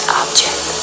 object